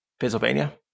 Pennsylvania